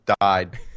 died